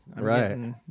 Right